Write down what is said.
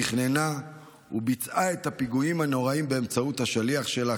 תכננה וביצעה את הפיגועים הנוראים באמצעות השליח שלה,